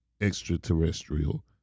extraterrestrial